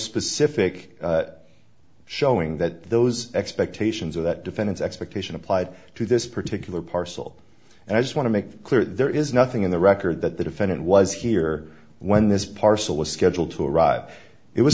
specific showing that those expectations are that defendants expectation applied to this particular parcel and i just want to make clear that there is nothing in the record that the defendant was here when this parcel was scheduled to arrive it was